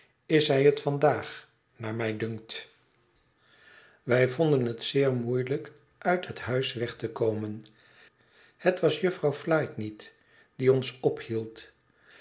is hij het vandaag naar mij dunkt wij vonden het zeer moeielijk uit het huis weg te komen het was jufvrouw flite niet die ons ophield